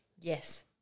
yes